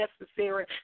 necessary